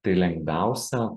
tai lengviausia